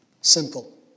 simple